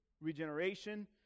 regeneration